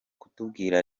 kutubwira